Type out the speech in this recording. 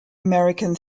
american